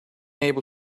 able